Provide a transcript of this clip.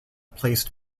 placed